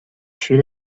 should